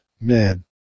man